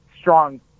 strong